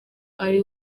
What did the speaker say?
ari